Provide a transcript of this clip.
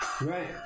right